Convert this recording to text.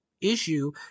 issue